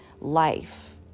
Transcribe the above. life